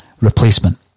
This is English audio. replacement